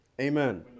amen